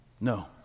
No